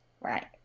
Right